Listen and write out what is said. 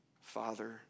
Father